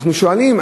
אנחנו שואלים,